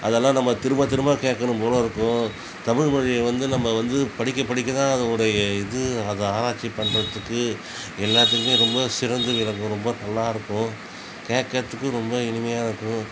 அதெல்லாம் நம்ம திரும்ப திரும்ப கேட்கனும் போல் இருக்கும் தமிழ் மொழியை வந்து நம்ம வந்து படிக்க படிக்கதான் அதோடைய இதுவும் அதை ஆராய்ச்சி பண்ணுறதுக்கு எல்லாத்துக்குமே ரொம்ப சிறந்து விளங்கும் ரொம்ப நல்லாயிருக்கும் கேட்குறதுக்கு ரொம்ப இனிமையாகருக்கும்